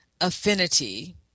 affinity